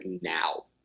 now